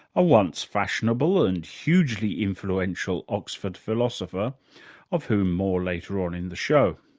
a once-fashionable and hugely influential oxford philosopher of whom more later on in the show.